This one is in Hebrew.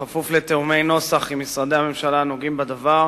בכפוף לתיאומי נוסח עם משרדי הממשלה הנוגעים בדבר,